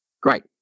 Great